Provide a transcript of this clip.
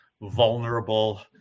vulnerable